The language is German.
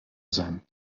sein